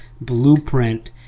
blueprint